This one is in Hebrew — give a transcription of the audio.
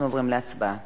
ההצעה להעביר